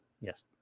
yes